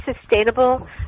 sustainable